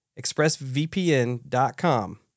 expressvpn.com